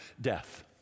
death